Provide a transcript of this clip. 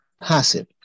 passive